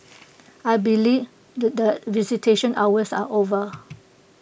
I believe that the visitation hours are over